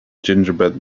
gingerbread